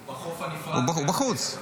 הוא בחוץ.